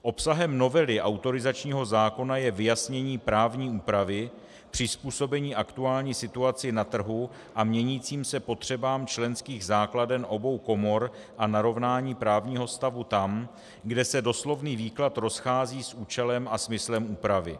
Obsahem novely autorizačního zákona je vyjasnění právní úpravy, přizpůsobení aktuální situaci na trhu a měnícím se potřebám členských základen obou komor a narovnání právního stavu tam, kde se doslovný výklad rozchází s účelem a smyslem úpravy.